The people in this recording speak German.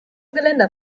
geländer